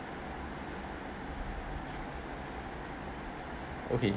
okay